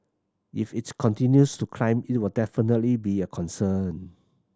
if it continues to climb it will definitely be a concern